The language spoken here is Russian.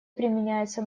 применяется